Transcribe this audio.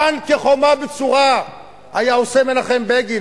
כאן כחומה בצורה היה עושה מנחם בגין,